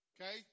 okay